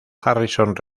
harrison